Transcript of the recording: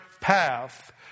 path